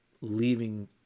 leaving